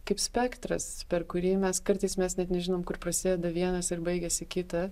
kaip spektras per kurį mes kartais mes net nežinom kur prasideda vienas ir baigiasi kita